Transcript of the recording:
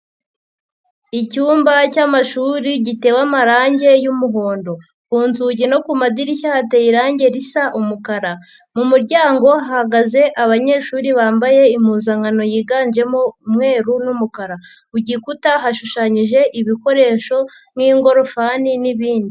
Icyumba cy'amashuri gitewe amarangi y'umuhondo, ku nzugi no ku madirishya hateye irangi risa umukara, mu muryango hahagaze abanyeshuri bambaye impuzankano yiganjemo umweru n'umukara, ku gikuta hashushanyije ibikoresho nk'ingorofani n'ibindi.